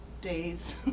days